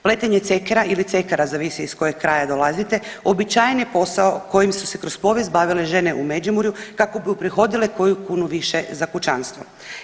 Pletenje cekera ili cekera zavisi iz kojeg kraja dolazite uobičajen je posao kojim su se kroz povijest bavile žene u Međimurju kako bi uprihodile koju kunu više za kućanstvo.